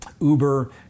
uber